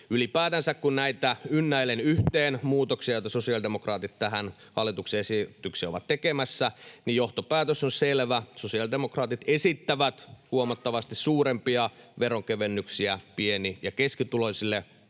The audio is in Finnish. Ylipäätänsä kun ynnäilen yhteen näitä muutoksia, joita sosiaalidemokraatit tähän hallituksen esitykseen ovat tekemässä, niin johtopäätös on selvä: sosiaalidemokraatit esittävät huomattavasti suurempia veronkevennyksiä pieni- ja keskituloisille,